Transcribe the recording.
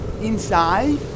inside